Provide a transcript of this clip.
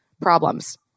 Problems